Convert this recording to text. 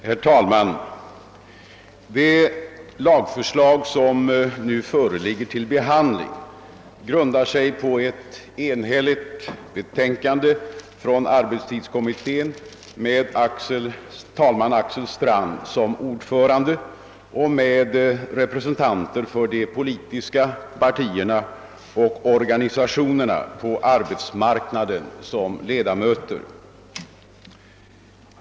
Herr talman! Det lagförslag som nu föreligger till behandling grundar sig på ett enhälligt betänkande från arbetstidskommittén med talman Axel Strand som ordförande och representanter för de politiska partierna samt organisationerna på arbetsmarknaden som ledamöter.